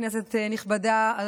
כנסת נכבדה,